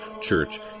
church